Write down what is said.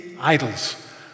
idols